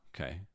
Okay